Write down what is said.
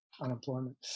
unemployment